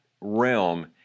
realm